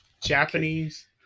Japanese